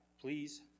please